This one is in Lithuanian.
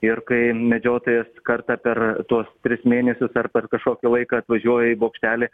ir kai medžiotojas kartą per tuos tris mėnesius ar per kažkokį laiką atvažiuoja į bokštelį